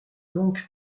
donc